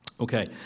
Okay